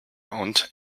und